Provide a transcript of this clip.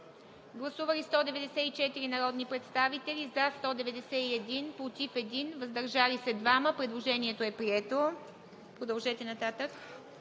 Гласували 189 народни представители: за 189, против и въздържали се няма. Предложението е прието. Продължете нататък,